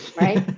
right